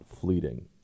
fleeting